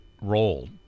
role